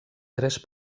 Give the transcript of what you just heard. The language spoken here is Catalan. tres